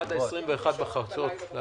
לאשר עד 21 לחודש בחצות.